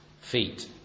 feet